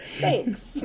Thanks